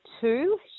two